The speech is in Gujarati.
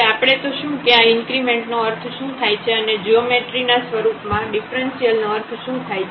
હવે આપણે તો શું કે આ ઇન્ક્રીમેન્ટ નો અર્થ શું થાય છે અને જીઓમેટ્રિ ના સ્વરૂપમાં ડિફ્રન્સિઅલ નો અર્થ શું થાય છે